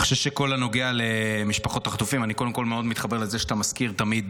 קודם כול, אני מאוד מתחבר לזה שאתה מזכיר תמיד